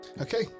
Okay